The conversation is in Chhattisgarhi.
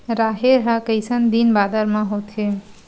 राहेर ह कइसन दिन बादर म होथे?